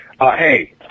Hey